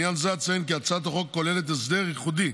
בעניין זה אציין כי הצעת החוק כוללת הסדר ייחודי